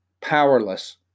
powerless